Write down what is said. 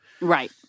Right